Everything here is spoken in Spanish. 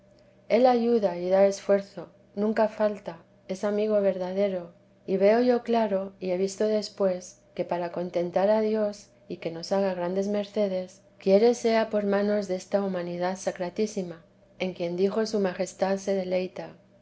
él ayuda y da esfuerzo nunca falta es amigo verdadero y veo yo claro y he visto después que para contentar a dios y que nos haga grandes mercedes quiere sea por manos desta humanidad sacratísima en quien dijo su majestad se deleita